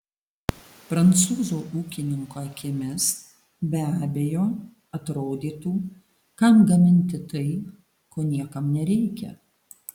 prancūzų ūkininko akimis be abejo atrodytų kam gaminti tai ko niekam nereikia